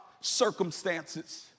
circumstances